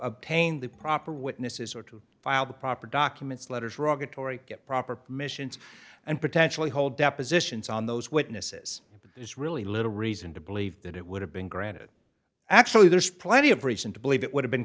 obtain the proper witnesses or to file the proper documents letters raga torrie get proper permissions and potentially hold depositions on those witnesses but there's really little reason to believe that it would have been granted actually there's plenty of reason to believe it would have been